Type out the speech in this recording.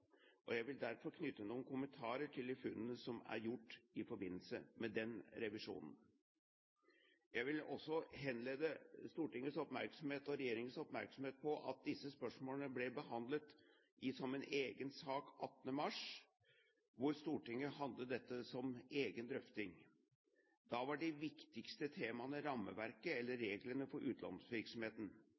og jeg vil derfor knytte noen kommentarer til de funnene som er gjort i forbindelse med den revisjonen. Jeg vil også henlede Stortingets og regjeringens oppmerksomhet på at disse spørsmålene ble behandlet som en egen sak i Stortinget den 18. mars. Da var det viktigste temaet rammeverket, eller reglene for